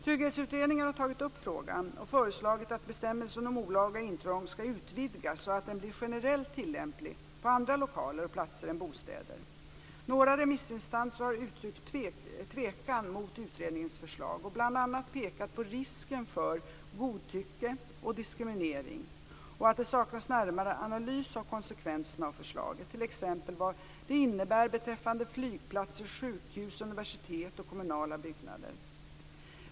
Trygghetsutredningen har tagit upp frågan och föreslagit att bestämmelsen om olaga intrång skall utvidgas så att den blir generellt tillämplig på andra lokaler och platser än bostäder. Några remissinstanser har uttryckt tvekan mot utredningens förslag och bl.a. pekat på risken för godtycke och diskriminering och att det saknas närmare analys av konsekvenserna av förslaget, t.ex. vad det innebär beträffande flygplatser, sjukhus, universitet och kommunala byggnader.